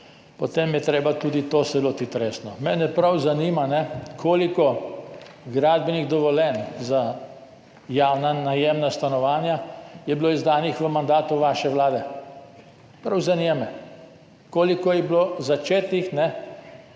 potem se je treba tudi tega lotiti resno. Mene prav zanima, koliko gradbenih dovoljenj za javna najemna stanovanja je bilo izdanih v mandatu vaše vlade. Prav zanima me, koliko je bilo začetih v